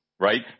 right